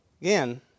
Again